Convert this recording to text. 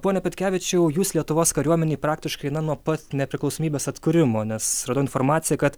pone petkevičiau jūs lietuvos kariuomenėj praktiškai na nuo pat nepriklausomybės atkūrimo nes radau informaciją kad